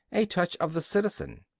a touch of the citizen.